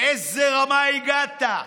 לאיזו רמה הגעת?